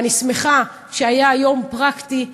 ואני שמחה שהיה היום פרקטי,